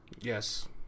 Yes